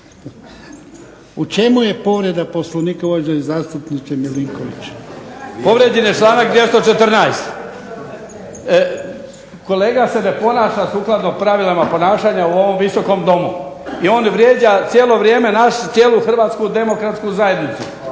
U čemu je povreda Poslovnika uvaženi zastupniče Milinković? **Milinković, Stjepan (HDZ)** Povrijeđen je članak 214. Kolega se ne ponaša sukladno pravilima ponašanja u ovom Visokom domu i on vrijeđa cijelo vrijeme našu cijelu Hrvatsku demokratsku zajednicu,